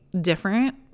different